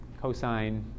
cosine